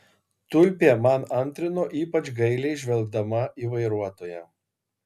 tulpė man antrino ypač gailiai žvelgdama į vairuotoją